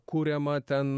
kuriama ten